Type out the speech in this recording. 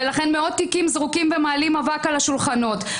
ולכן מאות תיקים זרוקים ומעלים אבק על השולחנות.